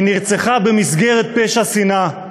היא נרצחה במסגרת פשע שנאה.